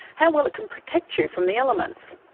how well it can protect you from the elements.